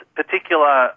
particular